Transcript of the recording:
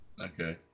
Okay